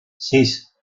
sis